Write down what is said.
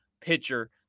pitcher